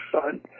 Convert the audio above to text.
son